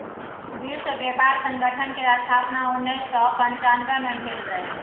विश्व बेपार संगठन केर स्थापन उन्नैस सय पनचानबे मे भेल रहय